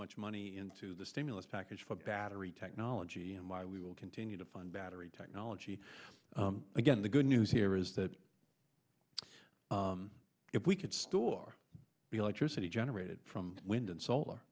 much money into the stimulus package for battery technology and why we will continue to fund battery technology again the good news here is that if we could store the electricity generated from wind and solar